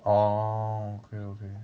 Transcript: orh okay okay